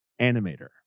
animator